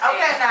Okay